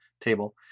table